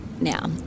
Now